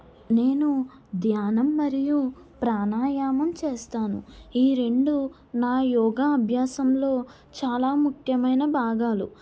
నేను ధ్యానం మరియు ప్రాణాయామం చేస్తాను ఈ రెండు నా యోగా అభ్యాసంలో చాలా ముఖ్యమైన భాగాలు